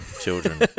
children